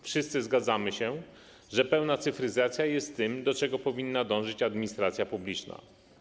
Wszyscy zgadzamy się, że pełna cyfryzacja jest tym, do czego powinna dążyć administracja publiczna.